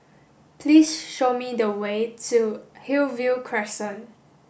please show me the way to Hillview Crescent